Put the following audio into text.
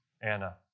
Anna